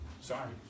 Sorry